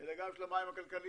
אלא גם של המים הכלכליים.